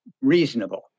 reasonable